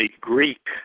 Greek